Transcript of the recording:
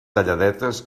talladetes